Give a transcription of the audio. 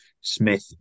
Smith